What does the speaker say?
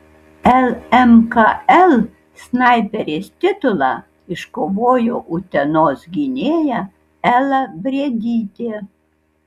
lmkl snaiperės titulą iškovojo utenos gynėja ela briedytė